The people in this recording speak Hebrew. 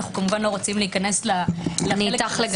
אני איתך.